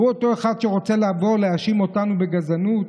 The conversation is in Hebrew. הוא אותו אחד שרוצה לבוא ולהאשים אותנו בגזענות?